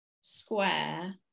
square